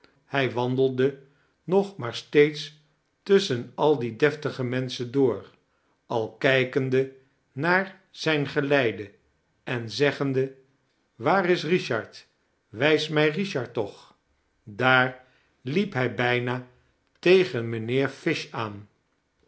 hij wandelde nog maar steeds tusschen al die deftige menschen door al kijkende naar zijn geleide en zeggende waar is richard wijs mij richard toch daar liep hij bijna tegen mijnheer fish aan